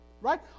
Right